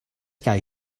guy